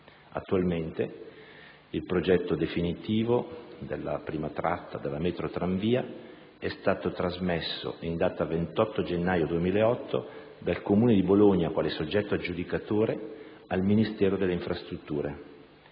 Attualmente, il progetto definitivo della prima tratta della metrotramvia è stato trasmesso in data 28 gennaio 2008 dal Comune di Bologna, quale soggetto aggiudicatore, al Ministero delle infrastrutture,